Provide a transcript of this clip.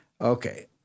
Okay